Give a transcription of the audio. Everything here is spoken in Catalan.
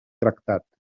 tractat